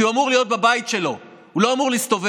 כי הוא אמור להיות בבית שלו, הוא לא אמור להסתובב.